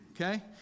Okay